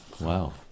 Wow